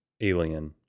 alien